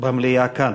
במליאה כאן.